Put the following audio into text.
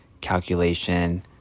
calculation